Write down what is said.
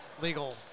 legal